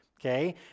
Okay